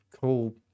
cool